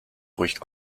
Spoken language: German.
ruhig